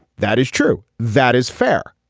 that is true. that is fair.